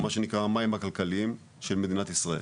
או מה שנקרא "המים הכלכליים" של מדינת ישראל.